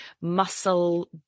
muscle